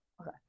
Okay